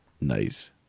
nice